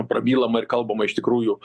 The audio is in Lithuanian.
prabylama ir kalbama iš tikrųjų